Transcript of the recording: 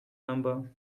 number